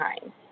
time